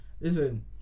Listen